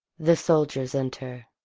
the soldiers enter.